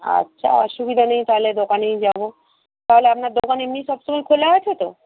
আচ্ছা অসুবিধা নেই তাহলে দোকানেই যাব তাহলে আপনার দোকান এমনি সবসময় খোলা আছে তো